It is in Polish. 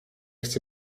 chce